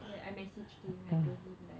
I messaged him I told him that I